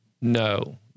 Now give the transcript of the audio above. no